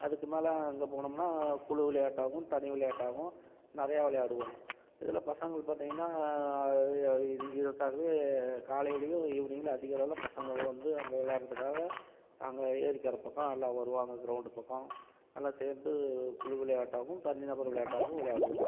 அதுக்கு மேல் அங்கே போனோம்னால் குழு விளையாட்டாகவும் தனி விளையாட்டாகவும் நிறையா விளையாடுவோம் இதில் பசங்கள் பார்த்திங்கன்னா இதற்காகவே காலையிலேயும் ஈவினிங்குலேயும் அதிகளவில் பசங்க வந்து அங்கே விளையாட்டுறத்துக்காக அங்கே ஏரிக்கரை பக்கம் எல்லாம் வருவாங்க கிரௌண்டு பக்கம் எல்லாம் சேர்ந்து குழு விளையாட்டாகவும் தனி நபர் விளையாட்டாகவும் விளையாடுவோம்